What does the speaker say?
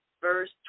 verse